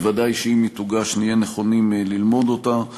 בוודאי שאם היא תוגש, נהיה נכונים ללמוד אותה.